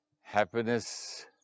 Happiness